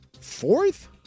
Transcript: Fourth